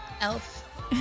elf